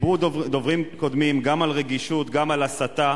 דיברו דוברים קודמים גם על רגישות, וגם על הסתה.